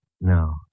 No